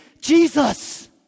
Jesus